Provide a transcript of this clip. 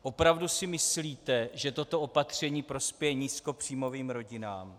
Opravdu si myslíte, že toto opatření prospěje nízkopříjmovým rodinám?